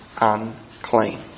unclean